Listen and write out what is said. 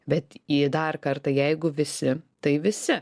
bet ir dar kartą jeigu visi tai visi